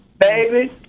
baby